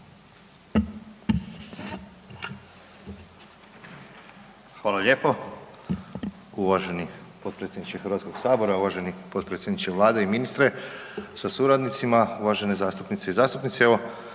Hvala lijepo uvaženi potpredsjedniče Hrvatskog sabora, uvaženi potpredsjedniče Vlade i ministre sa suradnicima, uvažene zastupnice i zastupnici. Evo